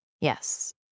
Yes